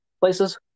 places